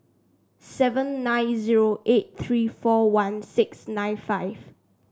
seven nine zero eight three four one six nine five